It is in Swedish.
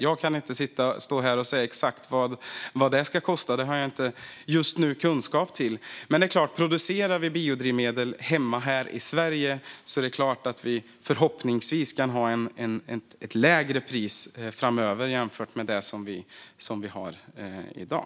Jag kan inte stå här och säga exakt vad det ska kosta. Det har jag inte kunskap för just nu. Men om vi producerar biodrivmedel här hemma i Sverige kan vi förhoppningsvis ha ett lägre pris framöver jämfört med det vi har i dag.